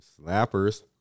slappers